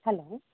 hello